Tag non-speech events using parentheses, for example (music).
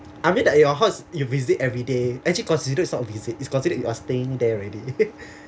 I mean like your house you visit every day actually consider is not a visit is considered you are staying there already (laughs)